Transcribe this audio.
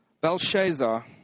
Belshazzar